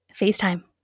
FaceTime